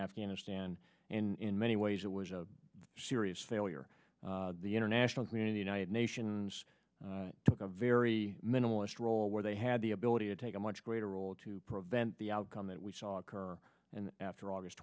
afghanistan in many ways it was a serious failure the international community united nations took a very minimalist role where they had the ability to take a much greater role to prevent the outcome that we saw occur and after august